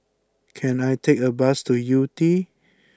can I take a bus to Yew Tee